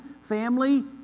family